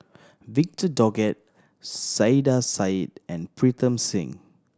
Victor Doggett Saiedah Said and Pritam Singh